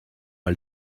pas